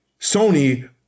sony